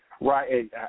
Right